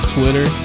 Twitter